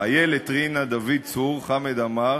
איילת, רינה, דוד צור, חמד עמאר.